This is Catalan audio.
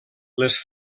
les